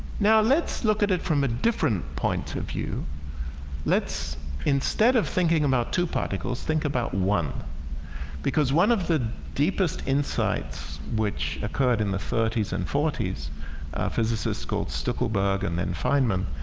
now, let's look at it from a different point of view let's instead of thinking about two particles. think about one because one of the deepest insights which occurred in the thirty s and forty s physicists called zuckerberg and then feynman.